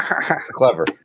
clever